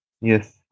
yes